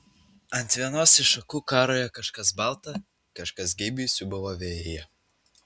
ant vienos iš šakų karojo kažkas balta kažkas geibiai siūbavo vėjyje